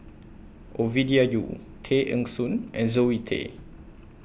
Ovidia Yu Tay Eng Soon and Zoe Tay